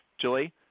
Julie